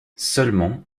seulement